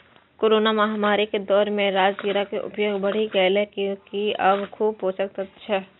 corona महामारी के दौर मे राजगिरा के उपयोग बढ़ि गैले, कियैकि अय मे खूब पोषक तत्व छै